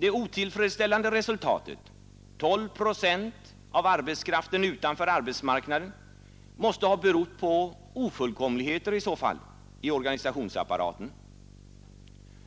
Det otillfredsställande resultatet, 12 procent av arbetskraften utanför arbetsmarknaden, måste i så fall ha berott på ofullkomligheter i organisationsapparaten.